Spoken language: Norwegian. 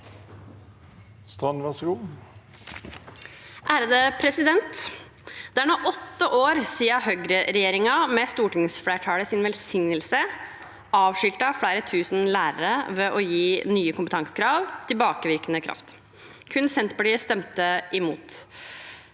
(Sp) Det er nå åtte år siden høyreregjeringen med stortingsflertallets velsignelse avskiltet flere tusen lærere ved å gi nye kompetansekrav tilbakevirkende kraft. Kun Senterpartiet stemte imot.